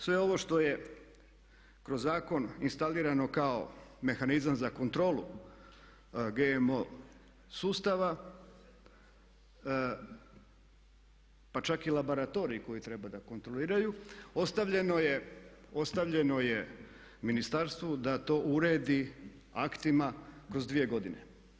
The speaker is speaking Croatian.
Sve ovo što je kroz zakon instalirano kao mehanizam za kontrolu GMO sustava pa čak i laboratorij koji treba da kontroliraju ostavljeno je ministarstvo da to uredi aktima kroz dvije godine.